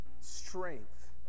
strength